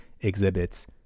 exhibits